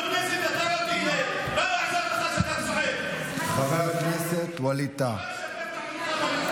בכנסת אתה לא תהיה, חבר הכנסת ווליד טאהא.